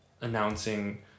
announcing